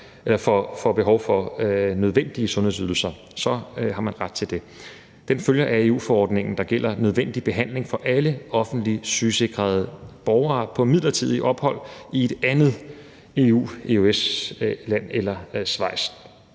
får behov for nødvendige sundhedsydelser, så har man ret til det. Det følger af EU-forordningen, der gælder nødvendig behandling for alle offentligt sygeforsikrede borgere på midlertidigt ophold i et andet EU-land, EØS-land eller Schweiz.